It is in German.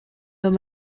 wenn